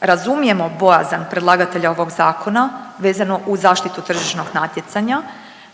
Razumijemo bojazan predlagatelja ovog zakona vezano uz zaštitu tržišnog natjecanja